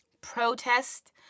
protest